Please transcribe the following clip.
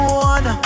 one